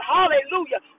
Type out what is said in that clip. Hallelujah